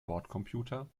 bordcomputer